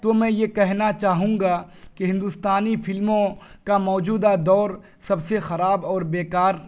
تو میں یہ کہنا چاہوں گا کہ ہندوستانی فلموں کا موجودہ دور سب سے خراب اور بےکار